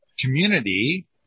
Community